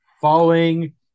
following